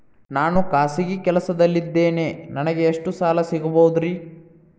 ನಾನು ಖಾಸಗಿ ಕೆಲಸದಲ್ಲಿದ್ದೇನೆ ನನಗೆ ಎಷ್ಟು ಸಾಲ ಸಿಗಬಹುದ್ರಿ?